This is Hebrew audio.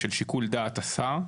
של שיקול דעת השר,